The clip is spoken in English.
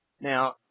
Now